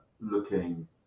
looking